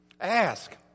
Ask